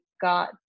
got